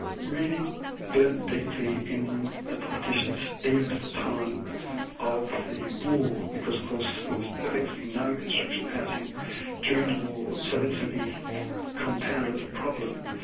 really burnt deeply in politicians even at the time of the war, because of course there was effectively no construction of housing during the war, so that simply compounded the problem.